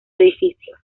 edificio